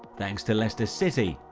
thanks to leicester city,